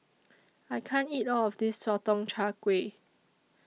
I can't eat All of This Sotong Char Kway